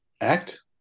act